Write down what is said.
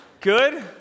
good